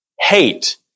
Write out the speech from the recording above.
hate